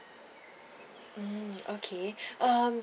mm okay um